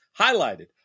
highlighted